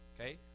Okay